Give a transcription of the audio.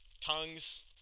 Tongues